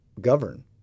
govern